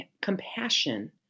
compassion